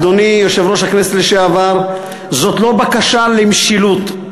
אדוני יושב-ראש הכנסת לשעבר: זאת לא בקשה למשילות,